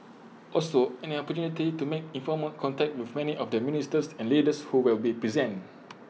also an opportunity to make informal contact with many of the ministers and leaders who will be present